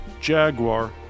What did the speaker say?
Jaguar